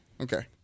Okay